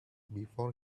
before